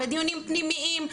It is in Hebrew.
בדיונים פנימיים,